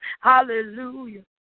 hallelujah